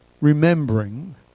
remembering